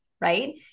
right